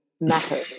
matter